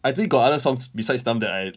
I think got other songs besides numb that I